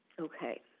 Okay